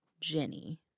Jenny